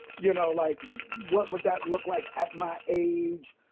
you know, like what would that look like at my age?